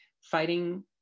fighting